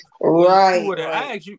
Right